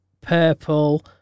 purple